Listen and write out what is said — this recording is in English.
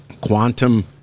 Quantum